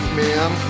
man